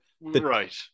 Right